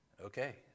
Okay